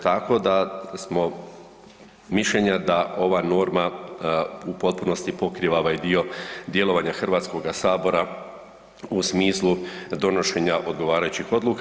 Tako da smo mišljenja da ova norma u potpunosti pokriva ovaj dio djelovanja Hrvatskoga sabora u smislu donošenja odgovarajućih odluka.